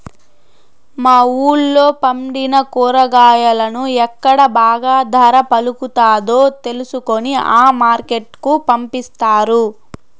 మా వూళ్ళో పండిన కూరగాయలను ఎక్కడ బాగా ధర పలుకుతాదో తెలుసుకొని ఆ మార్కెట్ కు పంపిస్తారు